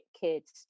kids